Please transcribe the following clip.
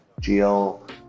GL